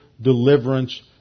deliverance